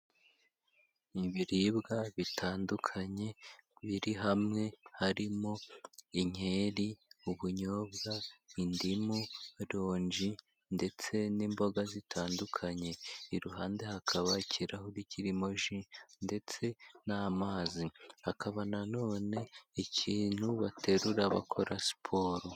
Ibibiribwa bitandukanye biri hamwe harimo: inkeri, ubunyobwa, indimu, ironji, ndetse n'imboga zitandukanye, iruhande hakaba ikirahuri kirimo ji ndetse n'amazi, hakaba nanone ikintu baterura bakora siporo.